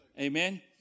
Amen